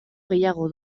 gehiago